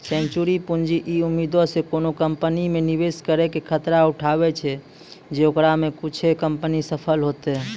venture पूंजी इ उम्मीदो से कोनो कंपनी मे निवेश करै के खतरा उठाबै छै जे ओकरा मे कुछे कंपनी सफल होतै